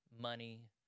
money